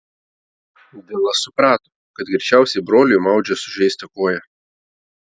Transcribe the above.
vilas suprato kad greičiausiai broliui maudžia sužeistą koją